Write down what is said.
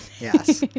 Yes